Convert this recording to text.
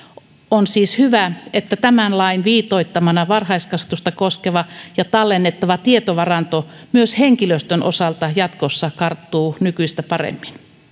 on siis hyvä että tämän lain viitoittamana varhaiskasvatusta koskeva tallennettava tietovaranto myös henkilöstön osalta jatkossa karttuu nykyistä paremmin